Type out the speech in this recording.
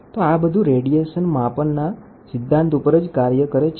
તો આ બધું રેડિયેશન માપન સિદ્ધાંત ઉપર કાર્ય કરે છે